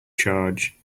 charge